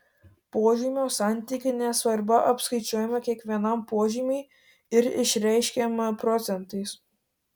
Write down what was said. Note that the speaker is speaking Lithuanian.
požymio santykinė svarba apskaičiuojama kiekvienam požymiui ir išreiškiama procentais